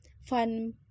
fun